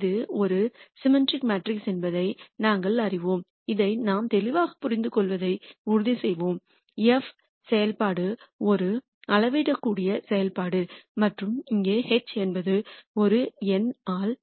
இது ஒரு symmetric matrix என்பதை நாங்கள் அறிவோம் இதை நாம் தெளிவாக புரிந்துகொள்வதை உறுதிசெய்வோம் f செயல்பாடு ஒரு அளவிடக்கூடிய செயல்பாடு மற்றும் இங்கே H என்பது ஒரு n ஆல்